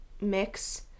mix